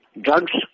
Drugs